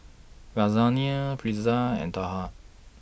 Lasagna Pretzel and Dhokla